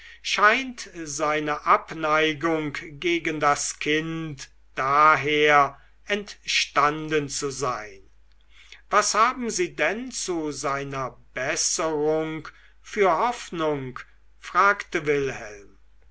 scheint seine abneigung gegen das kind daher entstanden zu sein was haben sie denn zu seiner besserung für hoffnung fragte wilhelm